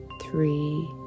three